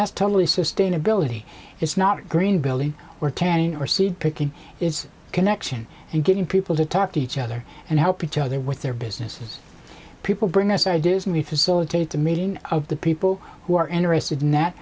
that's totally sustainability it's not green building or tanning or seed picking it's connection and getting people to talk to each other and help each other with their businesses people bring us ideas me facilitate the meeting of the people who are interested in that